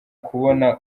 kubona